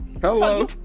Hello